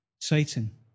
Satan